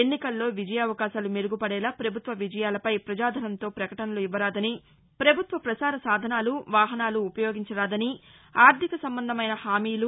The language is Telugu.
ఎన్నికల్లో విజయావకాశాలు మెరుగుపదేలా ప్రభుత్వ విజయాలపై ప్రజాధనంతో ప్రకటసలు ఇవ్వరాదని ప్రభుత్వ ప్రసార సాధనాలు వాహనాలు ఉపయోగించరాదని ఆర్థిక సంబంధమైన హామీలు